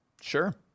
sure